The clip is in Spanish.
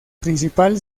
principal